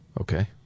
Okay